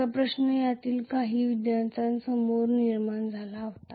असा प्रश्न यातील काही विद्यार्थ्यांसमोर निर्माण झाला होता